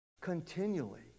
continually